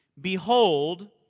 Behold